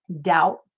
doubt